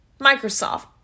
Microsoft